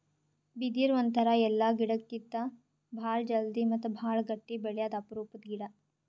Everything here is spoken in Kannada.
ಬಿದಿರ್ ಒಂಥರಾ ಎಲ್ಲಾ ಗಿಡಕ್ಕಿತ್ತಾ ಭಾಳ್ ಜಲ್ದಿ ಮತ್ತ್ ಭಾಳ್ ಗಟ್ಟಿ ಬೆಳ್ಯಾದು ಅಪರೂಪದ್ ಗಿಡಾ